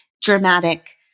dramatic